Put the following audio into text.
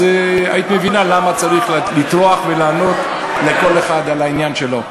היית מבינה למה צריך לטרוח ולענות לכל אחד על העניין שלו.